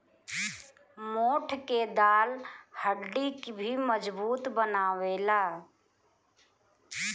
मोठ के दाल हड्डी के भी मजबूत बनावेला